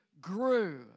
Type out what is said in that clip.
grew